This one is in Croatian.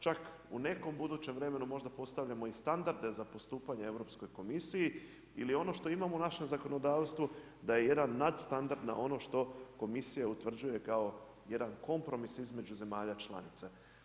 Čak u nekom budućem vremenu možda postavljamo i standarde za postupanje Europskoj komisiji ili ono što imamo u našem zakonodavstvu da je jedan nadstandard na ono što komisija utvrđuje kao jedan kompromis između zemalja članica.